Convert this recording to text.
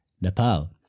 Nepal